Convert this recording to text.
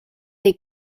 des